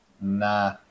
Nah